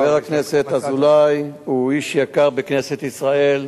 חבר הכנסת אזולאי הוא איש יקר בכנסת ישראל,